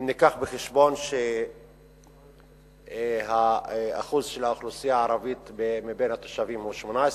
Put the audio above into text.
אם נביא בחשבון ששיעור האוכלוסייה הערבית בתושבים הוא 18%,